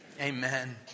amen